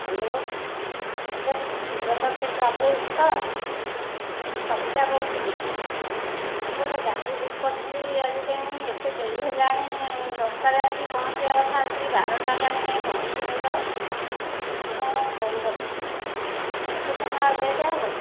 hello ଏହିଟା Shivshakti travels ତ ମୁଁ ସବିତା କହୁଥିଲି ମୁଁ ଗୋଟିଏ ଗାଡ଼ି ବୁକ୍ କରିଥିଲି ଆଜି କାହିଁ ଏତେ ଡେରି ହେଲାଣି ଦଶଟାରେ ଆସିକି ପହଞ୍ଚିବା କଥା ଆସିକି ବାରଟା ହେଲାଣି କାହିଁ ପହଞ୍ଚିନି ତ ସେଥିପାଇଁ ମୁଁ ଫୋନ କରିଥିଲି କେତେ ସମୟ ଲେଟ୍ ହେବ